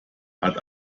hat